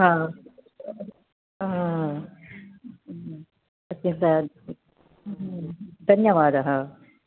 हा धन्यवादः